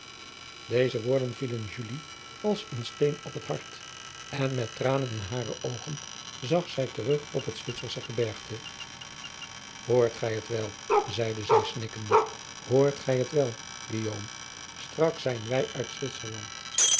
eze woorden vielen als een steen op het hart en met tranen in hare oogen zag zij terug op het witsersche gebergte oort gij het wel zeide zij snikkende hoort gij het wel straks zijn wij uit witserland